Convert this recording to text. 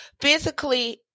physically